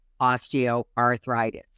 osteoarthritis